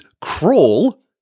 Crawl